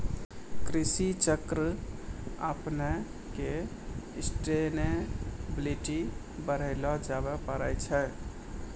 कृषि चक्र अपनाय क सस्टेनेबिलिटी बढ़ैलो जाबे पारै छै